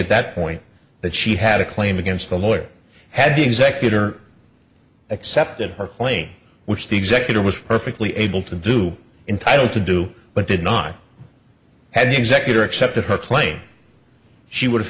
at that point that she had a claim against the lawyer had the executor accepted her claim which the executor was perfectly able to do entitle to do but did not have the executor accepted her claim she would have